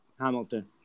Hamilton